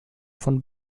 von